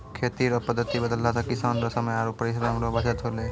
खेती रो पद्धति बदलला से किसान रो समय आरु परिश्रम रो बचत होलै